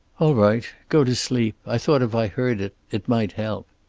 all right. go to sleep. i thought if i heard it it might help.